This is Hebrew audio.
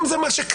אם זה מה שקרה.